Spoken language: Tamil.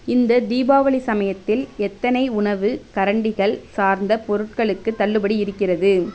இந்த தீபாவளி சமயத்தில் எத்தனை உணவுக் கரண்டிகள் சார்ந்த பொருட்களுக்கு தள்ளுபடி இருக்கிறது